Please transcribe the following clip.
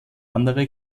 andere